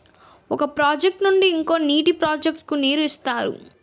ఒక ప్రాజెక్ట్ నుండి ఇంకో నీటి ప్రాజెక్ట్ కు నీరు ఇస్తారు